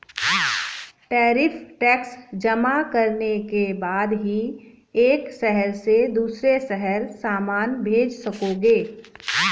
tariff tax जमा करने के बाद ही एक शहर से दूसरे शहर सामान भेज सकोगे